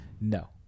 no